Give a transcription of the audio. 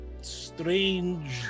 strange